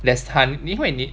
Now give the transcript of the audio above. there's Han~ 因为你